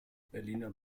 berliner